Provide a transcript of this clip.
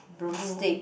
broomstick